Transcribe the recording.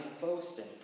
boasting